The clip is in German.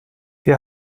wir